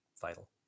vital